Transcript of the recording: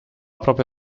propria